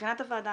מבחינת הוועדה,